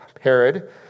Herod